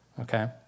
Okay